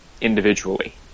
individually